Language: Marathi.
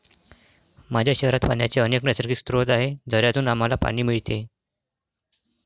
माझ्या शहरात पाण्याचे अनेक नैसर्गिक स्रोत आहेत, झऱ्यांतून आम्हाला पाणी मिळते